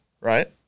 Right